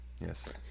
Yes